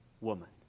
woman